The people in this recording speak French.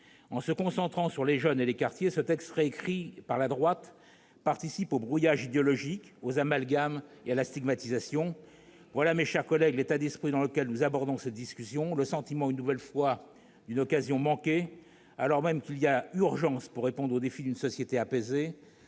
En étant focalisé sur les jeunes et les quartiers, ce texte, tel que récrit par la droite, participe au brouillage idéologique, aux amalgames et à la stigmatisation. Voilà, mes chers collègues, l'état d'esprit dans lequel nous abordons cette discussion : nous avons le sentiment, une nouvelle fois, d'une occasion manquée, alors même qu'il y a urgence à édifier une société apaisée,